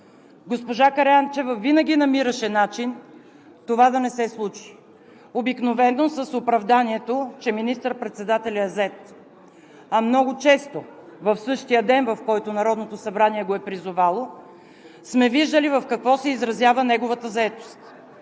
госпожа Караянчева винаги намираше начин това да не се случи обикновено с оправданието, че министър-председателят е зает. А много често в същия ден, в който Народното събрание го е призовало, сме виждали в какво се изразява неговата заетост